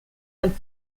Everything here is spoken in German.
ein